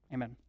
Amen